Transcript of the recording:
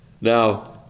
Now